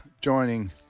joining